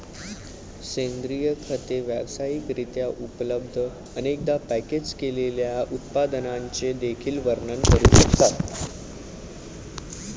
सेंद्रिय खते व्यावसायिक रित्या उपलब्ध, अनेकदा पॅकेज केलेल्या उत्पादनांचे देखील वर्णन करू शकतात